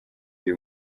uyu